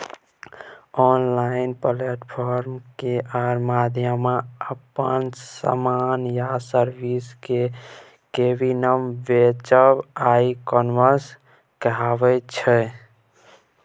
online platform केर माध्यमसँ अपन समान या सर्विस केँ कीनब बेचब ई कामर्स कहाबै छै